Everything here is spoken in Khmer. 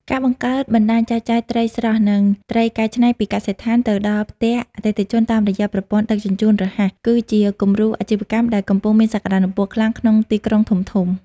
ការបង្កើតបណ្ដាញចែកចាយត្រីស្រស់ និងត្រីកែច្នៃពីកសិដ្ឋានទៅដល់ផ្ទះអតិថិជនតាមរយៈប្រព័ន្ធដឹកជញ្ជូនរហ័ស គឺជាគំរូអាជីវកម្មដែលកំពុងមានសក្ដានុពលខ្លាំងក្នុងទីក្រុងធំៗ។